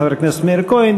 חבר הכנסת מאיר כהן,